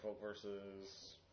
versus